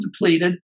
depleted